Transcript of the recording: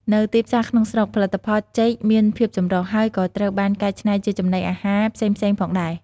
នៅទីផ្សារក្នុងស្រុក ផលិតផលចេកមានភាពចម្រុះ ហើយក៏ត្រូវបានកែច្នៃជាចំណីអាហារផ្សេងៗផងដែរ។